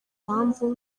mpamvu